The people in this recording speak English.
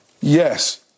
Yes